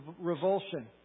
revulsion